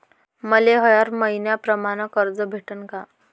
मले हर मईन्याप्रमाणं कर्ज भेटन का?